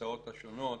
וההצעות השונות